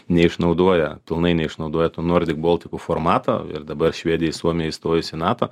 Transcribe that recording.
neišnaudoja pilnai neišnaudoja to nord baltic formato ir dabar švedijai suomijai įstojus į nato